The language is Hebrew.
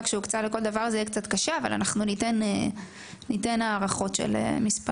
שהוקצה לכל דבר זה יהיה קצת קשה אבל אנחנו ניתן הערכות של מספרים.